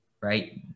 right